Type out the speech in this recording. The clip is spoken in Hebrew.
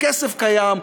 הכסף קיים,